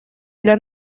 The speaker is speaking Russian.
для